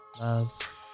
Love